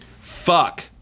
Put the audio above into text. Fuck